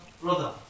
brother